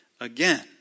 again